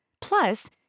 Plus